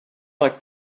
like